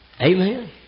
Amen